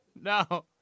No